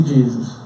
Jesus